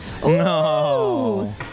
No